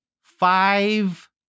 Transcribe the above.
five